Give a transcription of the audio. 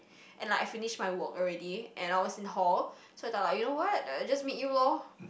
and like I finish my work already and I was in hall so I thought like you know what I just meet you loh